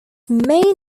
main